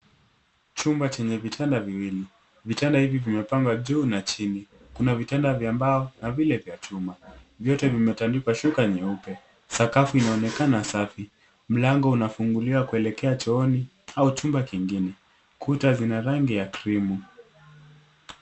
Chumba chenye vitanda viwili, vitanda hivi vimepangwa juu na chini, kuna vitanda vya mbao, na vile vya chuma, vyote vimetandikwa shuka nyeupe, sakafu inaonekana safi. Mlango unafunguliwa kuelekea chooni, au chumba kingine, kuta zina rangi ya krimu.